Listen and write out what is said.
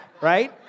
right